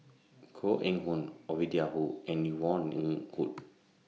Koh Eng Hoon Ovidia and Yvonne Ng Uhde